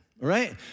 right